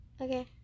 Okay